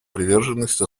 приверженность